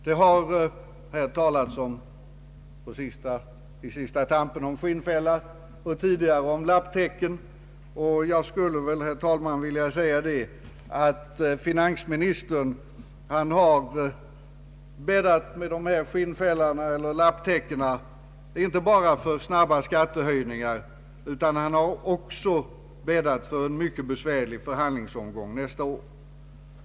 Det har på sista tampen talats om ”skinnfällar” och tidigare om ”lapptäcken”, och jag skulle, herr talman, vilja säga att finansministern med skinnfällarna bäddar inte bara för snabba skattehöjningar — han har också bäddat för en mycket besvärlig förhandlingsomgång nästa år.